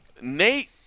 Nate